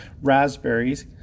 raspberries